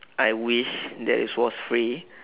I wish that it was free